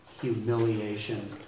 humiliation